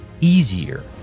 easier